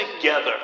together